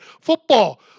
Football